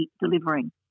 delivering